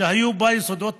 שהיו בה יסודות טכנולוגיים,